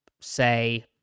say